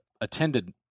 attended